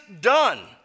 done